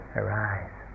arise